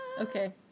Okay